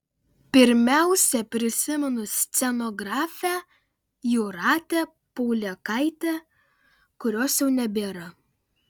pirmiausia prisimenu scenografę jūratę paulėkaitę kurios jau nebėra